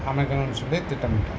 அமைக்கணுன்னு சொல்லி திட்டமிட்டேன்